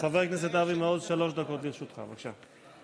חבר הכנסת אבי מעוז, שלוש דקות לרשותך, בבקשה.